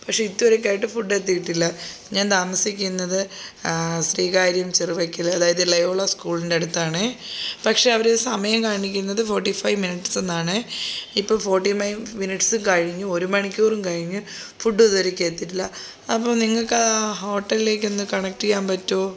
പക്ഷേ ഇത് വരെ ആയിട്ട് ഫുഡ് എത്തിയിട്ടില്ല ഞാൻ താമസിക്കുന്നത് ശ്രീകാര്യം ചെറുപുഴയ്ക്കൽ അതായത് ലോയോള സ്കൂളിൻറെ അടുത്താണേ പക്ഷേ അവർ സമയം കാണിക്കുന്നത് ഫോർട്ടി ഫൈവ് മിനുട്സ് എന്നാണേ ഇപ്പോൾ ഫോർട്ടി മിനുട്സ് കഴിഞ്ഞു ഒരുമണിക്കൂറും കഴിഞ്ഞു ഫുഡ് ഇതുവരേക്കും എത്തിയിട്ടില്ല അപ്പം നിങ്ങൾക്ക് ആ ഹോട്ടലിലേക്കൊന്ന് കണക്റ്റ് ചെയ്യാൻ പറ്റുമോ